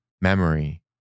Memory